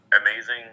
amazing